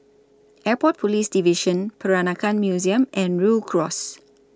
Airport Police Division Peranakan Museum and Rhu Cross